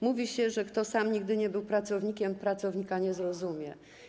Mówi się, że kto sam nigdy nie był pracownikiem, pracownika nie zrozumie.